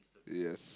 yes